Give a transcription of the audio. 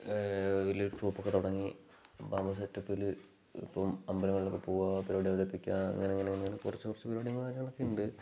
വലിയ ട്രൂപ്പ് ഒക്കെ തുടങ്ങി ബാമ്പ സെറ്റപ്പിൽ ഇപ്പം അമ്പലങ്ങളിലൊക്കെ പോകുക പരിപാടി അവതരിപ്പിക്കുക അങ്ങനെ അങ്ങനെ അങ്ങനെ കുറച്ച് കുറച്ച് പരിപാടികളും കാര്യങ്ങളൊക്കെ ഉണ്ട്